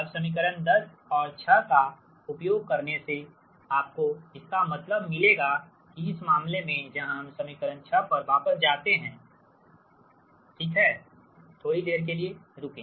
अब समीकरण 10 और 6 का उपयोग करने से आपको इसका मतलब मिलेगा कि इस मामले में जहां हम समीकरण 6 पर वापस जाते हैं इसका मतलब है थोड़ी देर के लिए रुके